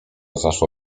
zaszło